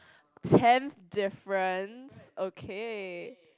ten difference okay